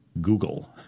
Google